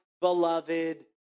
beloved